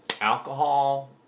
alcohol